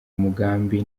mugambi